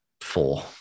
four